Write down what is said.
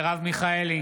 מרב מיכאלי,